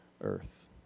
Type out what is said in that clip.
earth